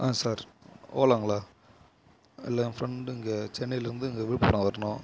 ஆ sir ஓலாங்களா இல்ல என் ஃப்ரெண்டு இங்கே சென்னைலர்ந்து விழுப்புரம் வரணும்